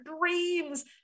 dreams